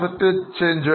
Asset മാറുമോ